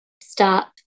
stop